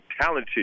talented